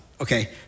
Okay